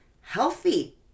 healthy